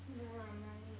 no lah my